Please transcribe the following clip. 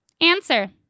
Answer